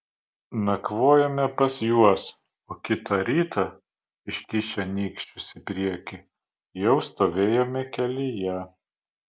nakvojome pas juos o kitą rytą iškišę nykščius į priekį jau stovėjome kelyje